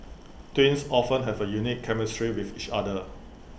twins often have A unique chemistry with each other